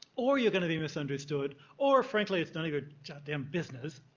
or you're going to be misunderstood, or frankly, it's none of your damn business.